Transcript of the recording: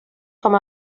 com